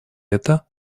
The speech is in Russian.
это